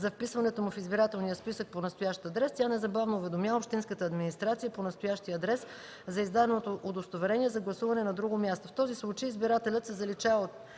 за вписването му в избирателния списък по настоящ адрес, тя незабавно уведомява общинската администрация по настоящия адрес за издаденото удостоверение за гласуване на друго място. В този случай избирателят се заличава от